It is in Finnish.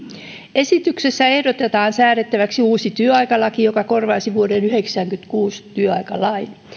esityksessä ehdotetaan säädettäväksi uusi työaikalaki joka korvaisi vuoden yhdeksänkymmentäkuusi työaikalain